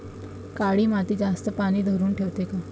काळी माती जास्त पानी धरुन ठेवते का?